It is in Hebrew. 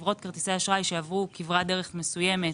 חברות כרטיסי האשראי שעברו כברת דרך מסוימת,